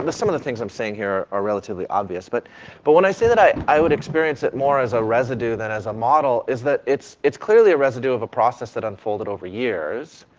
and some of the things i'm saying here are relatively obvious, but but when i say that i i would experience it more as a residue than as a model, is that it's, it's clearly a residue of a process that unfolded over years,